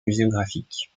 muséographique